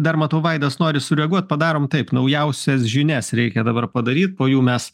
dar matau vaidas nori sureaguot padarom taip naujausias žinias reikia dabar padaryt po jų mes